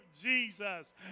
Jesus